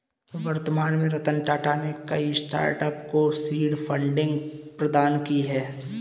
वर्तमान में रतन टाटा ने कई स्टार्टअप को सीड फंडिंग प्रदान की है